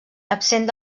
absent